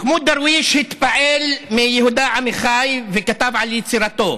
מחמוד דרוויש התפעל מיהודה עמיחי וכתב על יצירתו: